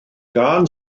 gân